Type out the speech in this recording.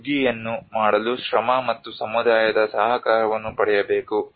ಸುಗ್ಗಿಯನ್ನು ಮಾಡಲು ಶ್ರಮ ಮತ್ತು ಸಮುದಾಯದ ಸಹಕಾರವನ್ನು ಪಡೆಯಬೇಕು